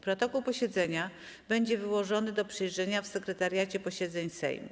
Protokół posiedzenia będzie wyłożony do przejrzenia w Sekretariacie Posiedzeń Sejmu.